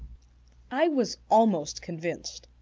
i was almost convinced.